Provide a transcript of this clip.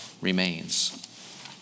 remains